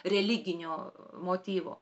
religinio motyvo